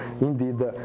indeed